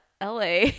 LA